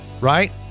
right